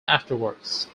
afterwards